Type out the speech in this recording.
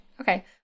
Okay